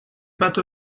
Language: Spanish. pato